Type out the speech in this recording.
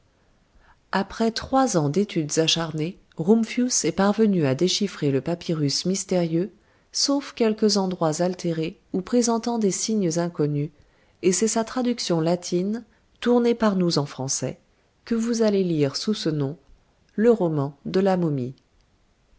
après trois ans d'études acharnées rumphius est parvenu à déchiffrer le papyrus mystérieux sauf quelques endroits altérés ou présentant des signes inconnus et c'est sa traduction latine tournée par nous en français que vous allez lire sous ce nom le roman de la momie